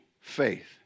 faith